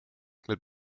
mit